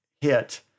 hit